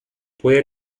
puede